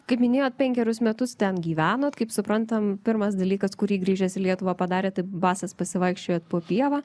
kaip minėjot penkerius metus ten gyvenot kaip suprantam pirmas dalykas kurį grįžęs į lietuvą padarėt tai basas pasivaikščiojot po pievą